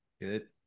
Good